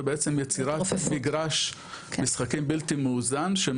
ובעצם יצירת מגרש משחקים בלתי מאוזן,